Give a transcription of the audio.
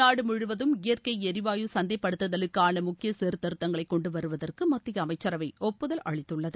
நாடு முழுவதும் இயற்கை எரிவாயு சந்தைப்படுத்துதலுக்கு முக்கிய சீர்திருத்தங்களை கொண்டு வருவதற்கு மத்திய அமைச்சரவை ஒப்புதல் அளித்துள்ளது